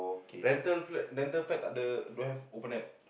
rental fl~ rental flat tak ada don't have open net